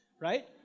Right